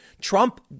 Trump